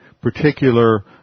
particular